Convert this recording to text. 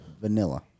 vanilla